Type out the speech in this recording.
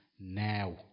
now